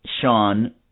Sean